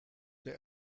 der